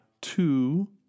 two